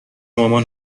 مامان